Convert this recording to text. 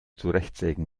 zurechtsägen